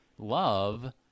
Love